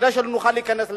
שלא נוכל להיכנס למשא-ומתן.